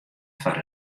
foar